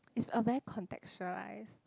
it's a very contextualised